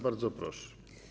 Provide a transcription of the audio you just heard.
Bardzo proszę.